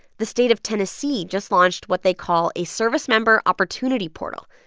the state of tennessee just launched what they call a service member opportunity portal,